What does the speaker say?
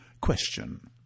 Question